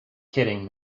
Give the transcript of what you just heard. kidding